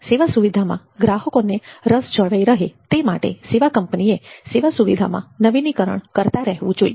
સેવા સુવિધામાં ગ્રાહકોનો રસ જળવાઈ રહે તે માટે સેવા કંપનીએ સેવા સુવિધામાં નવિનીકરણ કરતા રહેવું જોઈએ